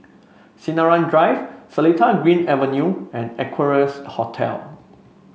Sinaran Drive Seletar Green Avenue and Equarius Hotel